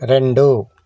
రెండు